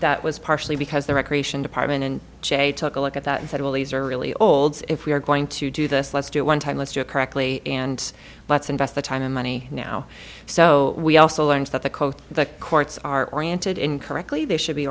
that was partially because the recreation department and jay took a look at that and said well these are really old if we are going to do this let's do it one time let's do it correctly and let's invest the time and money now so we also learned that the coast the courts are oriented in correctly they should be